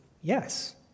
yes